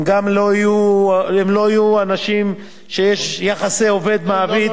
הם גם לא יהיו אנשים שיש יחסי עובד מעביד,